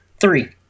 Three